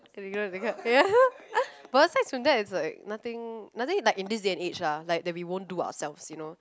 ya but beside from that it's like nothing nothing like in this day and age lah like that we don't do ourselves you know